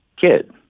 kid